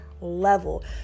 level